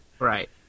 Right